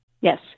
Yes